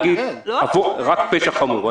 להגיד רק פשע חמור.